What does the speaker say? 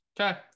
Okay